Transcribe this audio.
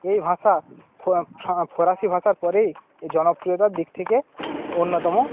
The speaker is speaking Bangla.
এই ভাষা ফরাসি ভাষার পরেই এই জনপ্রিয়তার দিক থেকে অন্যতম